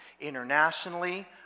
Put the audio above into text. internationally